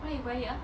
why you quiet ah